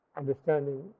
Understanding